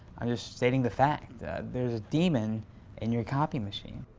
i'm just stating the fact. there's a demon in your copy machine.